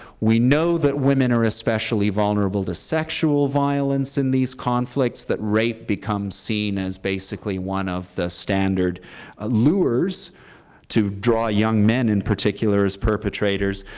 we know that women are especially vulnerable to sexual violence in these conflicts, that rape becomes seen as basically one of the standard allures to draw young men in particular as perpetrators,